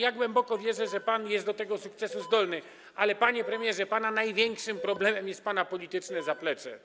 Ja głęboko wierzę, że pan jest do tego sukcesu zdolny, ale panie premierze, pana największym problemem jest pana polityczne zaplecze.